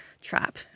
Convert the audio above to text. trap